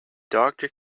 doctor